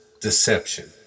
deception